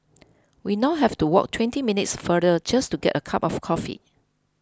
we now have to walk twenty minutes farther just to get a cup of coffee